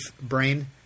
brain